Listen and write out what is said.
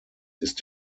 ist